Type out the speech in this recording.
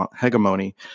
hegemony